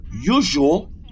usual